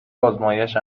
آزمایش